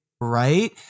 Right